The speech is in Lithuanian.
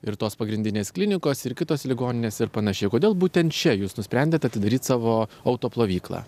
ir tos pagrindinės klinikos ir kitos ligoninės ir panašiai kodėl būtent čia jūs nusprendėt atidaryt savo auto plovyklą